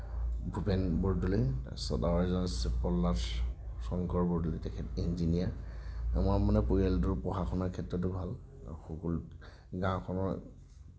ভূপেন বৰদলৈ তাৰপিছত আৰু এজন আছে পল্লৱ শংকৰ বৰদলৈ তেখেতে ইঞ্জিনিয়াৰ আমাৰ মানে পৰিয়ালটো পঢ়া শুনাৰ ক্ষেত্ৰতো ভাল সকলো গাঁওখনৰ